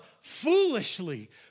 foolishly